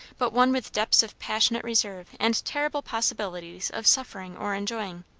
but one with depths of passionate reserve and terrible possibilities of suffering or enjoying.